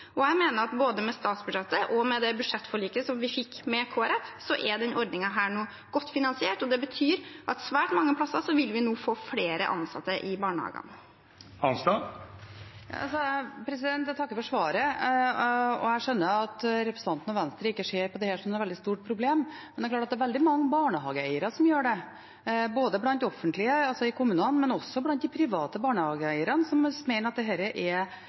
Jeg mener at både med statsbudsjettet og med det budsjettforliket som vi fikk med Kristelig Folkeparti, er denne ordningen nå godt finansiert, og det betyr at svært mange steder vil vi nå få flere ansatte i barnehagene. Jeg takker for svaret. Jeg skjønner at representanten Melby og Venstre ikke ser på dette som noe veldig stort problem, men det er veldig mange barnehageeiere som gjør det, blant de offentlige, altså i kommunene, men også blant de private barnehageeierne, som mener at dette skaper stor økonomisk usikkerhet og er bekymret for det. Og det er